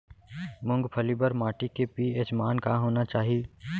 मूंगफली बर माटी के पी.एच मान का होना चाही?